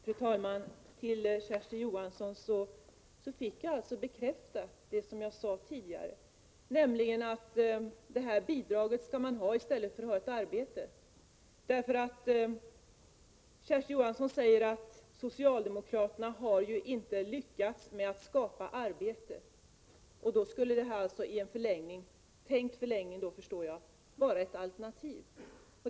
Fru talman! Jag fick alltså det som jag tidigare sade bekräftat av Kersti Johansson, nämligen att man skall få detta bidrag i stället för ett arbete. Kersti Johansson säger ju att socialdemokraterna inte har lyckats med att skapa arbete. Då skulle alltså detta, såvitt jag förstår, i en tänkt förlängning vara ett alternativ.